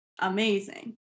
amazing